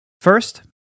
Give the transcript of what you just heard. First